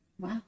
Wow